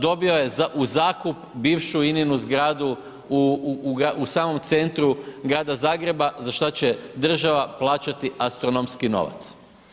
Dobio je u zakup bivšu INA-inu zgradu u samom centru grada Zagreba za šta će država plaćati astronomski novac.